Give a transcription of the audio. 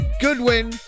Goodwin